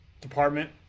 Department